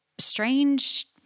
strange